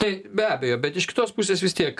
taip be abejo bet iš kitos pusės vis tiek